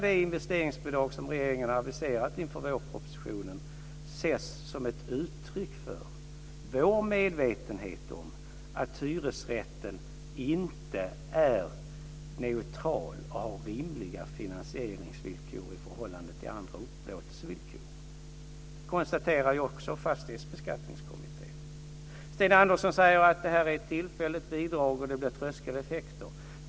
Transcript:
Det investeringsbidrag som regeringen har aviserat inför vårpropositionen ska ses som ett uttryck för vår medvetenhet om att hyresrätten inte är neutral och har rimliga finansieringsvillkor i förhållande till andra upplåtelseformer. Detta konstaterar också fastighetsbeskattningskommittén. Sten Andersson säger att det här är ett tillfälligt bidrag och att det blir tröskeleffekter.